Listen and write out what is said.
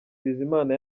bizimana